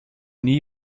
nie